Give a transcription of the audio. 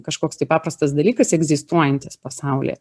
kažkoks tai paprastas dalykas egzistuojantis pasaulyje